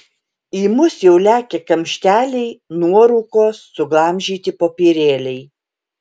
į mus jau lekia kamšteliai nuorūkos suglamžyti popierėliai